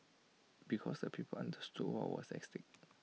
because the people understood what was at stake